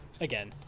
Again